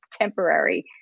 temporary